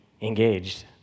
engaged